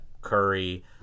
Curry